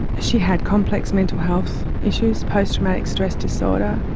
she had complex mental health issues, post-traumatic stress disorder,